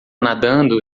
nadando